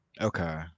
Okay